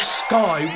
sky